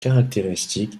caractéristique